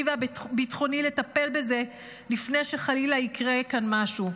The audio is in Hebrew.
והביטחוני לטפל בזה לפני שחלילה יקרה כאן משהו.